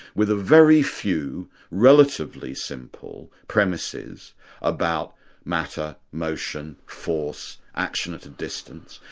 with a very few relatively simple premises about matter, motion, force, action at a distance,